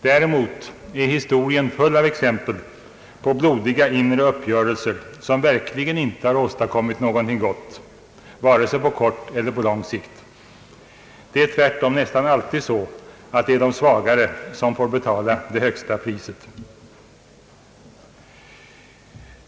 Däremot är historien full av exempel på blodiga inre uppgörelser som verkligen inte har åstadkommit någonting gott vare sig på kort eller lång sikt. Det är tvärtom nästan alltid så, att det är de svagare som får betala det högsta priset.